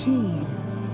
Jesus